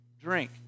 drink